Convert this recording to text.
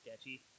sketchy